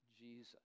Jesus